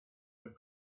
would